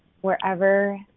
wherever